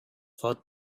thought